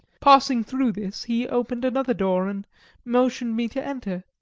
passing through this, he opened another door, and motioned me to enter.